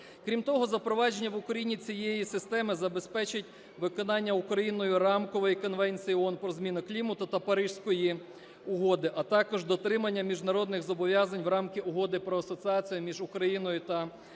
Крім того, запровадження в Україні цієї системи забезпечить виконання Україною Рамкової конвенції ООН про зміни клімату та Паризької угоди, а також дотримання міжнародних зобов'язань в рамках Угоди про асоціацію між Україною і